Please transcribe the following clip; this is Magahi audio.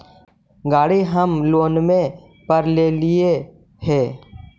गाड़ी हम लोनवे पर लेलिऐ हे?